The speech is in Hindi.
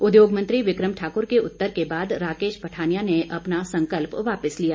उद्योग मंत्री विक्रम ठाकुर के उत्तर के बाद राकेश पठानिया ने अपना संकल्प वापस लिया